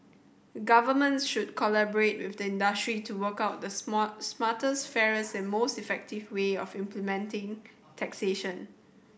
governments should collaborate with the industry to work out the small smartest fairest and most effective way of implementing taxation